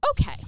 Okay